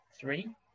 Three